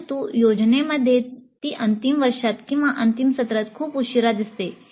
परंतु योजनेमध्ये ती अंतिम वर्षात किंवा अंतिम सत्रात खूप उशीरा दिसते